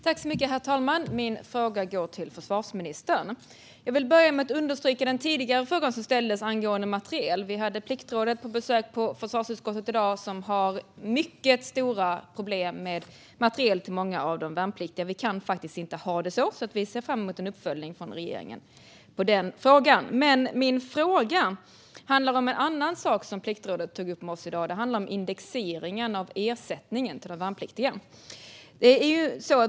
Herr talman! Min fråga går till försvarsministern. Jag vill börja med att understryka den tidigare frågan som ställdes angående materiel. Vi hade Pliktrådet på besök i försvarsutskottet i dag, och de har mycket stora problem med materiel till många av de värnpliktiga. Vi kan faktiskt inte ha det så. Därför ser vi fram emot en uppföljning från regeringen i den frågan. Men min fråga handlar om en annan sak som Pliktrådet tog upp med oss i dag. Det handlar om indexeringen av ersättningen till de värnpliktiga.